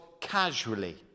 casually